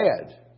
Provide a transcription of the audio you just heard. bad